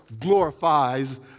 glorifies